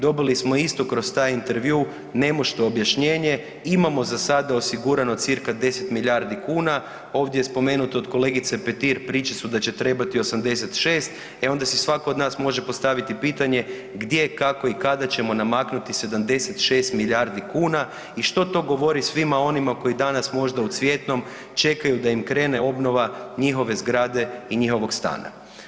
Dobili smo istu kroz taj intervjuu nemušto objašnjenje imamo za sada osigurano cca 10 milijardi kuna, ovdje je spomenuto od kolegice Petir, priče su da će trebati 86, e onda si svako od nas može postaviti, gdje, kako i kada ćemo namaknuti 76 milijardi kuna i što to govori svima onima koji danas možda u Cvjetnom čekaju da im krene obnova njihove zgrade i njihovog stana.